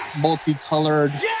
multicolored